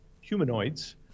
humanoids